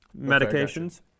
medications